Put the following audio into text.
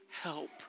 help